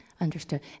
Understood